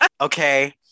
Okay